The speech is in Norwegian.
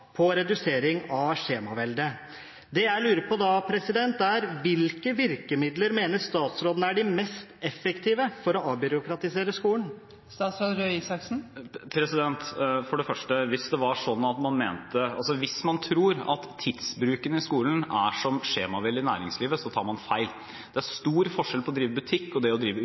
redusering av skjemaveldet. Det jeg lurer på da, er: Hvilke virkemidler mener statsråden er de mest effektive for å avbyråkratisere skolen? For det første: Hvis man tror at tidsbruken i skolen er som skjemaveldet i næringslivet, tar man feil. Det er stor forskjell på å drive butikk og det å drive